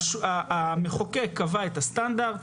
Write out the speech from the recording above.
המחוקק קבע את הסטנדרט,